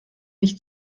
mich